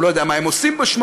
הוא לא יודע מה הם עושים בשמו,